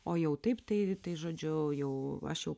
o jau taip tai tai žodžiu jau aš jau